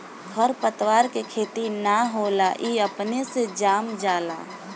खर पतवार के खेती ना होला ई अपने से जाम जाला